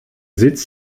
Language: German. sitz